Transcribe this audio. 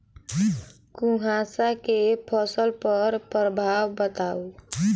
कुहासा केँ फसल पर प्रभाव बताउ?